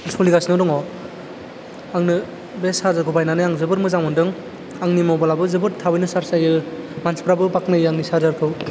सलिगासिनो दङ आंनो बे चार्जारखौ बाहायनानै आं जोबोर मोजां मोनदों आंनि मबाइलाबो जोबोद थाबैनो चार्जा जायो मानसिफ्राबो बाखनायो आंनि चार्जारखौ